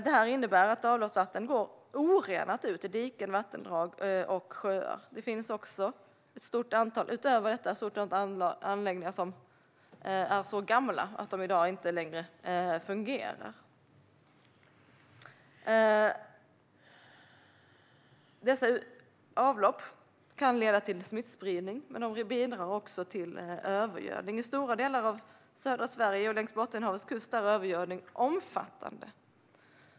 Detta innebär att orenat avloppsvatten går ut i diken, vattendrag och sjöar. Utöver detta finns det ett stort antal anläggningar som är så gamla att de i dag inte längre fungerar. Dessa avlopp kan leda till smittspridning, men de bidrar också till en övergödning. I stora delar av södra Sverige och längs Bottenhavets kust är övergödningen omfattande.